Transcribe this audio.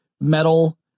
metal